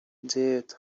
dead